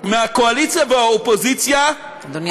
מהקואליציה ומהאופוזיציה, אדוני השר.